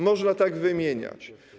Można tak wymieniać.